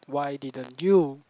why didn't you